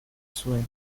zuen